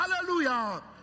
Hallelujah